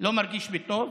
שלא מרגיש טוב.